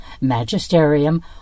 magisterium